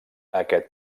aquest